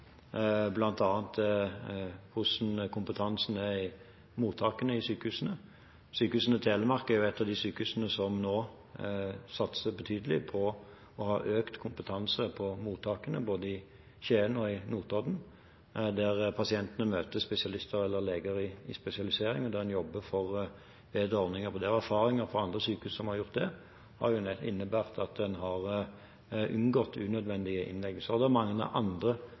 Telemark er ett av de sykehusene som nå satser betydelig på å ha økt kompetanse på mottakene, både i Skien og i Notodden, der pasientene møter spesialister eller leger i spesialisering, og der en jobber for bedre ordninger. Erfaringer fra andre sykehus som har gjort det, har innebåret at en har unngått unødvendige innleggelser. Det er også mange andre